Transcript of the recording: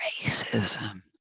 racism